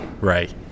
Right